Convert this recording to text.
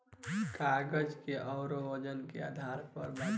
कागज के ओकरा वजन के आधार पर बाटल जाला